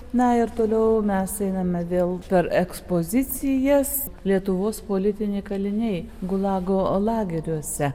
na ir toliau mes einame vėl per ekspozicijas lietuvos politiniai kaliniai gulago lageriuose